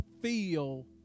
feel